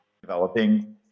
developing